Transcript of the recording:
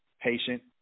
patient